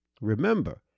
remember